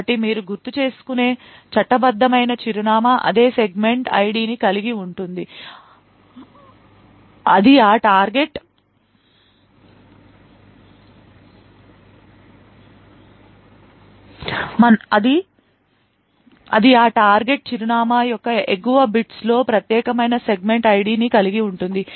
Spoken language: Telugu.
కాబట్టి మీరు గుర్తుచేసుకునే చట్టబద్దమైన చిరునామా అదే సెగ్మెంట్ ఐడిని కలిగి ఉంటుంది అది ఆ టార్గెట్ చిరునామా యొక్క ఎగువ బిట్స్లో ప్రత్యేకమైన సెగ్మెంట్ ఐడిని కలిగి ఉంటుంది